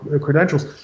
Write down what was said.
credentials